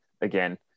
again